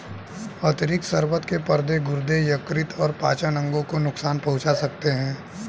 अतिरिक्त शर्बत के पत्ते गुर्दे, यकृत और पाचन अंगों को नुकसान पहुंचा सकते हैं